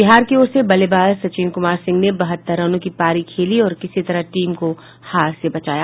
बिहार की ओर से बल्लेबाज सचिन क्मार सिंह ने बहत्तर रनों की पारी खेली और किसी तरह टीम को हार से बचाया